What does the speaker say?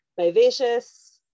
Vivacious